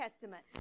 Testament